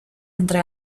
entre